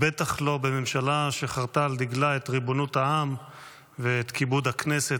בטח לא בממשלה שחרתה על דגלה את ריבונות העם ואת כיבוד הכנסת.